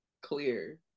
clear